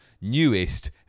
newest